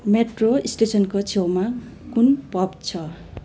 metro स्टेसनको छेउमा कुन पब छ